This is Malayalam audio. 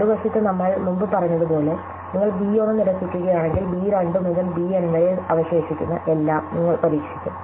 മറുവശത്ത് നമ്മൾ മുമ്പ് പറഞ്ഞതുപോലെ നിങ്ങൾ ബി 1 നിരസിക്കുകയാണെങ്കിൽ ബി 2 മുതൽ ബി എൻ വരെ അവശേഷിക്കുന്ന എല്ലാം നിങ്ങൾ പരീക്ഷിക്കും